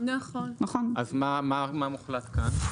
אז מה מוחלט כאן?